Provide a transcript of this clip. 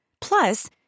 Plus